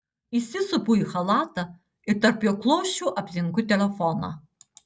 įsisupu į chalatą ir tarp jo klosčių aptinku telefoną